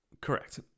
Correct